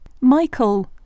Michael